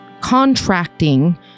contracting